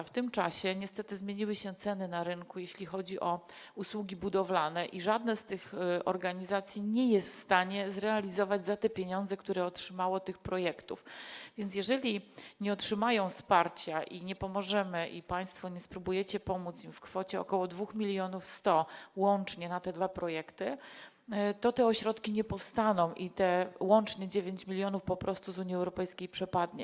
W tym czasie niestety zmieniły się ceny na rynku, jeśli chodzi o usługi budowlane, i żadna z tych organizacji nie jest w stanie zrealizować za pieniądze, które otrzymała, tych projektów, więc jeżeli nie otrzymają wsparcia i nie pomożemy, i państwo nie spróbujecie im pomóc w kwocie ok. 2 mln 100 łącznie na te dwa projekty, to te ośrodki nie powstaną i te 9 mln z Unii Europejskiej po prostu przepadnie.